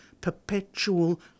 perpetual